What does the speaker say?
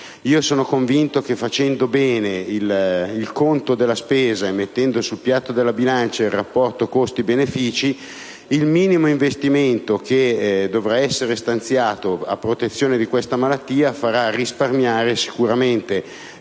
Sono convinto che, facendo bene il conto della spesa e mettendo sul piatto della bilancia il rapporto costi-benefici, il minimo investimento che dovrà essere stanziato a protezione di questa malattia farà risparmiare sicuramente